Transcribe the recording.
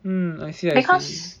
because